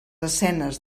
escenes